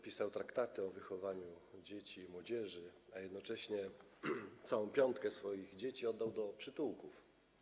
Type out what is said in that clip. pisał traktaty o wychowaniu dzieci i młodzieży, a jednocześnie całą piątkę swoich dzieci oddał do przytułków.